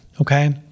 okay